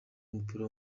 y’umupira